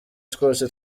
twose